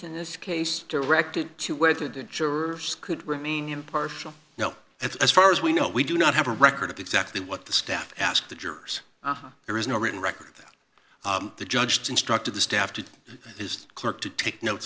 in this case directed to where the jurors could remain impartial no that's as far as we know we do not have a record of exactly what the staff asked the jurors there is no written record that the judge constructed the staff to his clerk to take notes